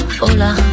hola